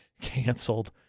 canceled